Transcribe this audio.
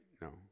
No